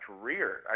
career